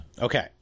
Okay